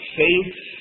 faith